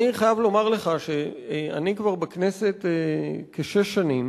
אני חייב לומר לך שאני כבר בכנסת כשש שנים